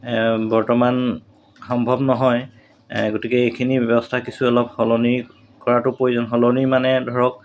বৰ্তমান সম্ভৱ নহয় গতিকে এইখিনি ব্যৱস্থা কিছু অলপ সলনি কৰাটো প্ৰয়োজন সলনি মানে ধৰক